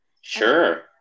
Sure